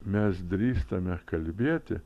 mes drįstame kalbėti